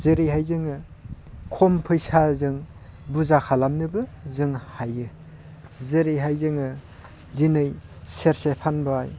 जेरैहाय जोङो खम फैसाजों बुरजा खालामनोबो जों हायो जेरैहाय जोङो दिनै सेरसे फानबाय